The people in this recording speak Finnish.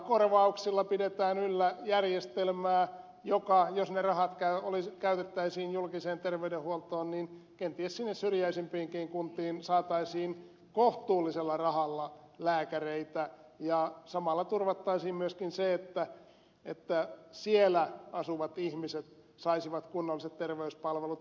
kelakorvauksilla pidetään yllä järjestelmää jolla jos ne rahat käytettäisiin julkiseen terveydenhuoltoon kenties sinne syrjäisimpiinkin kuntiin saataisiin kohtuullisella rahalla lääkäreitä ja samalla turvattaisiin myöskin se että siellä asuvat ihmiset saisivat kunnalliset terveyspalvelut